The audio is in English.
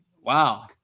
Wow